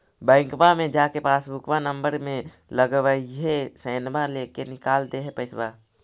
बैंकवा मे जा के पासबुकवा नम्बर मे लगवहिऐ सैनवा लेके निकाल दे है पैसवा?